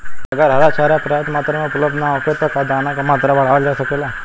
अगर हरा चारा पर्याप्त मात्रा में उपलब्ध ना होखे त का दाना क मात्रा बढ़ावल जा सकेला?